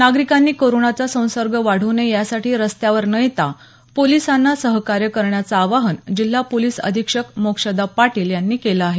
नागरिकांनी कोरोनाचा संसर्ग वाढू नये यासाठी रस्त्यावर न येता पोलिसांना सहकार्य करण्याचं आवाहन जिल्हा पोलिस अधीक्षक मोक्षदा पाटील यांनी केलं आहे